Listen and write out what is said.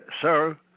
sir